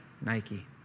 Nike